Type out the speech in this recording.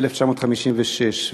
ב-1956.